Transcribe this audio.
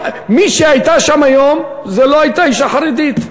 מי שהייתה שם היום לא הייתה אישה חרדית,